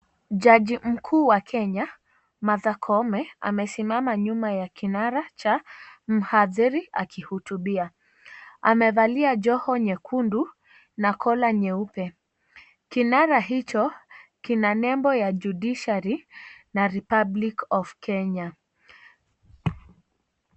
Jaji mkuu wa Kenya, Martha Koome amesimama nyuma ya kinara cha mhadhiri akihutubia. Amevalia joho nyekundu na collar nyeupe kinara hicho kina nembo ya Judiciary na Republic of Kenya.